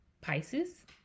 Pisces